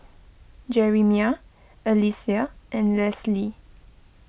Jerimiah Alysia and Lesley